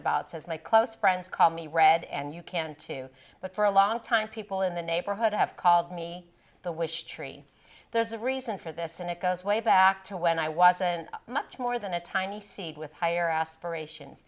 about says my close friends call me read and you can too but for a long time people in the neighborhood have called me the wish tree there's a reason for this and it goes way back to when i wasn't much more than a tiny seed with higher aspirations